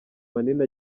manini